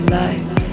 life